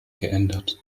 geändert